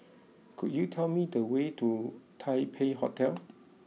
could you tell me the way to Taipei Hotel